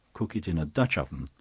cook it in a dutch-oven,